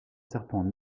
serpent